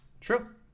True